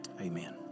Amen